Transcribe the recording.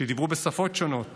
שדיברו בשפות שונות